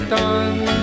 done